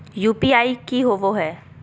UPI की होवे है?